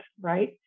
right